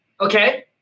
Okay